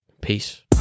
peace